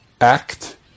Act